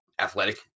athletic